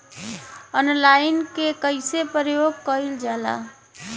Online के कइसे प्रयोग कइल जाला?